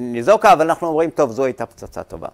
ניזוקה, ‫אבל אנחנו אומרים, ‫טוב, זו הייתה פצצה טובה.